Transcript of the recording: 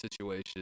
situations